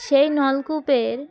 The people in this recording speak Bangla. সেই নলকূপের